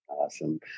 Awesome